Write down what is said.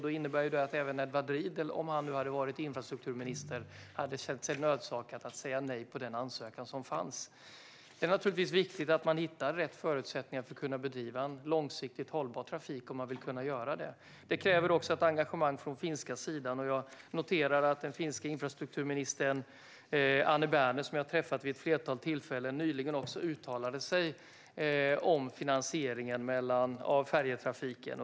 Det innebär att även Edward Riedl om han hade varit infrastrukturminister hade känt sig nödsakad att säga nej till den ansökan som fanns. Det är naturligtvis viktigt att man hittar rätt förutsättningar för att kunna bedriva långsiktigt hållbar trafik. Det kräver också ett engagemang från finska sidan. Jag noterade att den finska infrastrukturministern Anne Berner, som jag har träffat vid ett flertal tillfällen, nyligen uttalade sig om finansieringen av färjetrafiken.